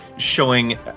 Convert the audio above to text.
showing